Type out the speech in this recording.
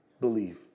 believe